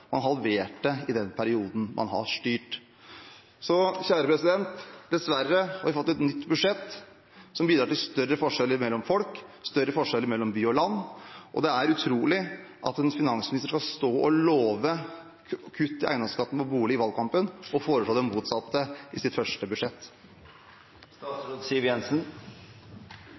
Man har halvert dem i den perioden man har styrt. Dessverre har vi fått et nytt budsjett som bidrar til større forskjeller mellom folk, større forskjeller mellom by og land. Det er utrolig at en finansminister skal stå og love kutt i eiendomsskatten på bolig i valgkampen og foreslå det motsatte i sitt første budsjett.